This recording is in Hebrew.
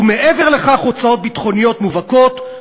ומעבר לכך הוצאות ביטחוניות מובהקות,